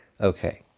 Okay